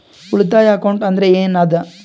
ಉಳಿತಾಯ ಅಕೌಂಟ್ ಅಂದ್ರೆ ಏನ್ ಅದ?